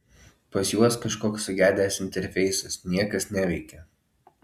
pas juos kažkoks sugedęs interfeisas niekas neveikia